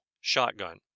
shotgun